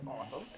awesome